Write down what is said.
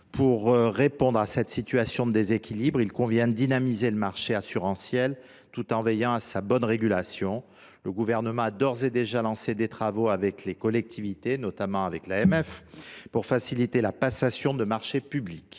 Pour répondre à cette situation de déséquilibre, il convient de dynamiser le marché assurantiel, tout en veillant à sa bonne régulation. Le Gouvernement a d’ores et déjà lancé des travaux avec les collectivités, en s’appuyant notamment sur l’Association des maires de